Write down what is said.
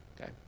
Okay